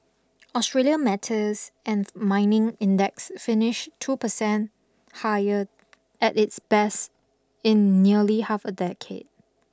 Australia metals and mining index finished two percent higher at its best in nearly half a decade